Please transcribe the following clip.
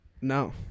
No